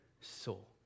soul